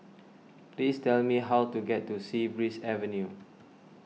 please tell me how to get to Sea Breeze Avenue